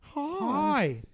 Hi